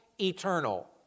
eternal